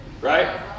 Right